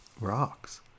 rocks